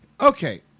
Okay